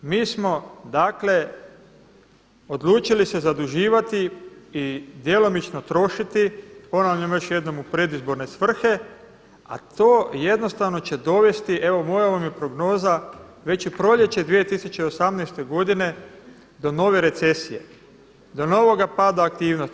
Mi smo dakle, odlučili se zaduživati i djelomično trošiti - ponavljam još jednom - u predizborne svrhe, a to jednostavno će dovesti – evo moja vam je prognoza – već i proljeće 2018. godine do nove recesije, do novoga pada aktivnosti.